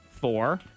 four